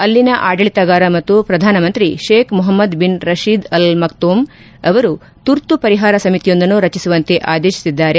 ಅಲ್ಲಿನ ಆಡಳಿತಗಾರ ಮತ್ತು ಪ್ರಧಾನಮಂತ್ರಿ Sheikh Mohammed bin Rashid Al Maktoum ಅವರು ತುರ್ತು ಪರಿಹಾರ ಸಮಿತಿಯೊಂದನ್ನು ರಚಿಸುವಂತೆ ಆದೇಶಿಸಿದ್ದಾರೆ